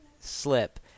slip